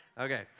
Okay